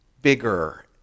bigger